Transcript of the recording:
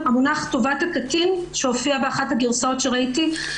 לגבי המונח "טובת הקטין" שהופיע באחת הגרסאות שראיתי.